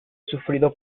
sufrido